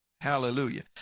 Hallelujah